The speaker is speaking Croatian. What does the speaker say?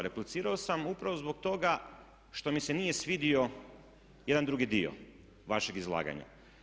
Replicirao sam upravo zbog toga što mi se nije svidio jedan drugi dio vašeg izlaganja.